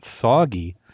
soggy